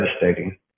devastating